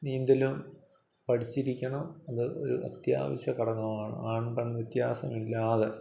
നീന്തലും പഠിച്ചിരിക്കണം അത് ഒരു അത്യാവശ്യ ഘടകമാണ് ആൺ പെൺ വ്യത്യാസമില്ലാതെ